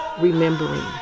remembering